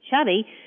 chubby